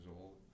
old